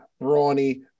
brawny